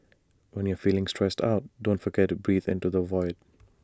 when you are feeling stressed out don't forget to breathe into the void